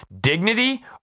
Dignity